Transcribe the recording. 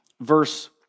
Verse